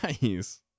nice